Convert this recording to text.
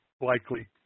likely